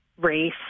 race